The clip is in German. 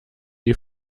die